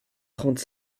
trente